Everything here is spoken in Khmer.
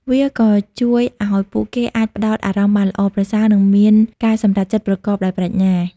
វាក៏ជួយឱ្យពួកគេអាចផ្តោតអារម្មណ៍បានល្អប្រសើរ និងមានការសម្រេចចិត្តប្រកបដោយប្រាជ្ញា។